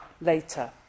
later